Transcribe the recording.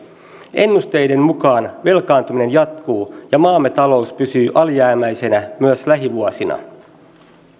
ennusteiden mukaan velkaantuminen jatkuu ja maamme talous pysyy alijäämäisenä myös lähivuosina